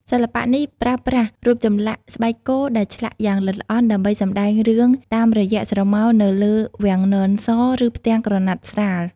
សិល្បៈនេះប្រើប្រាស់រូបចម្លាក់ស្បែកគោដែលឆ្លាក់យ៉ាងល្អិតល្អន់ ដើម្បីសម្ដែងរឿងតាមរយៈស្រមោលនៅលើវាំងននស ឬផ្ទាំងក្រណាត់ស្រាល។